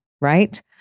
right